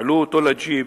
העלו אותו לג'יפ,